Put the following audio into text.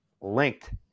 linked